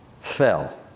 fell